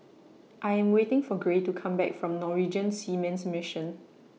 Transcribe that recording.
I Am waiting For Gray to Come Back from Norwegian Seamen's Mission